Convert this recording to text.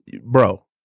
bro